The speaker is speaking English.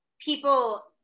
people